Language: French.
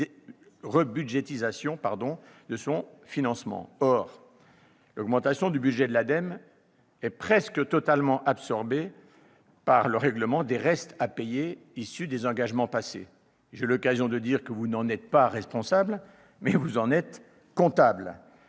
de son financement. Or l'augmentation de son budget sera presque totalement absorbée par le règlement des restes à payer issus des engagements passés ! J'ai eu l'occasion de dire que vous n'en étiez pas responsable ; vous en êtes cependant